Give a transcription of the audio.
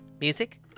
music